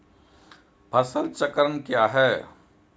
फसल चक्रण क्या है?